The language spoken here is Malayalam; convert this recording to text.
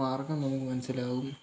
മാര്ഗ്ഗം നമുക്ക് മനസ്സിലാവും